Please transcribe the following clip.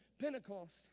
Pentecost